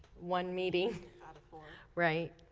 one meeting right